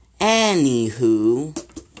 anywho